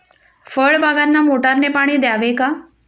फळबागांना मोटारने पाणी द्यावे का?